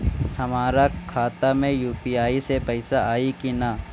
हमारा खाता मे यू.पी.आई से पईसा आई कि ना?